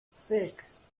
sechs